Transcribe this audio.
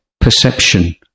perception